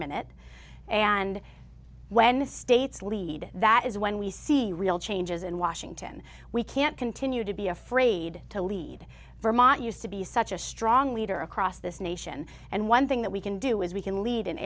minute and when the states lead that is when we see real changes in washington we can't continue to be afraid to lead vermont used to be such a strong leader across this nation and one thing that we can do is we can lead